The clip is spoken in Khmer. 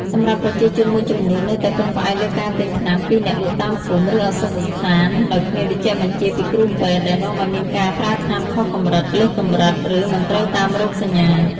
សម្រាប់ប្រជាជនមួយចំនួននៅតែពឹងផ្អែកលើការទិញថ្នាំពីអ្នកលក់តាមភូមិ ឬឱសថស្ថានដោយគ្មានវេជ្ជបញ្ជាពីគ្រូពេទ្យ ដែលនាំឱ្យមានការប្រើថ្នាំខុសកម្រិត លើសកម្រិត ឬមិនត្រូវតាមរោគសញ្ញា។